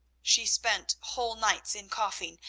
she spent whole nights in coughing,